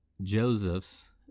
Joseph's